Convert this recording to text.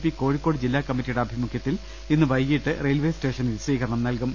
P Kozhikode ജില്ലാകമ്മിറ്റിയുടെ ആഭിമുഖ്യത്തിൽ ഇന്ന് വൈകീട്ട് റെയിൽവെ സ്റ്റേഷനിൽ സ്വീകരണം നൽകും